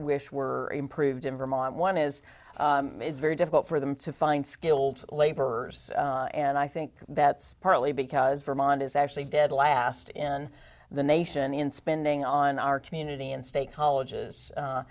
wish were improved in vermont one is it's very difficult for them to find skilled laborers and i think that's partly because vermont is actually dead last in the nation in spending on our community and state colleges